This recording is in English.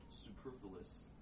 superfluous